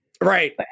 Right